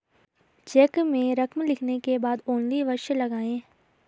check में रकम लिखने के बाद ओन्ली अवश्य लगाएँ